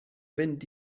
fynd